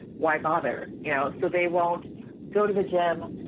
why bother, you know? so they won't go to the gym.